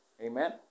Amen